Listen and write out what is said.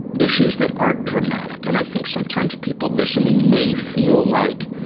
issues that aren't dramatic. and i think sometimes people listening may feel like,